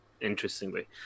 interestingly